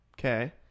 Okay